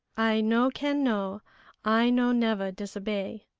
i no can know i no never disobey.